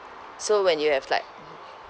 so when you have like